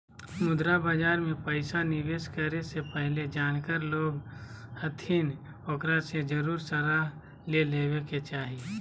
मुद्रा बाजार मे पैसा निवेश करे से पहले जानकार लोग हथिन ओकरा से जरुर सलाह ले लेवे के चाही